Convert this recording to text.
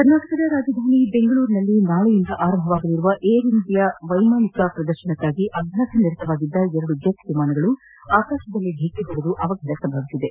ಕರ್ನಾಟಕದ ರಾಜಧಾನಿ ಬೆಂಗಳೂರಿನಲ್ಲಿ ನಾಳೆಯಿಂದ ಆರಂಭವಾಗಲಿರುವ ಏರೋ ಇಂಡಿಯಾ ವೈಮಾನಿಕ ಪ್ರದರ್ಶನಕ್ಕಾಗಿ ಅಭ್ಯಾಸನಿರತವಾಗಿದ್ದ ಎರಡು ಜೆಟ್ ವಿಮಾನಗಳು ಆಕಾಶದಲ್ಲಿ ಢಿಕ್ಕಿಹೊಡೆದು ಅವಘಡ ಸಂಭವಿಸಿದೆ